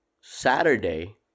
Saturday